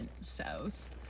south